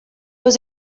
was